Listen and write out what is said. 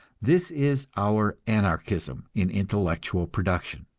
this is our anarchism in intellectual production,